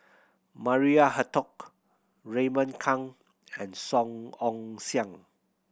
Maria Hertogh Raymond Kang and Song Ong Siang